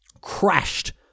crashed